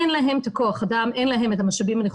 אין להם את כוח האדם, אין להם את המשאבים הנחוצים.